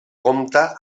compta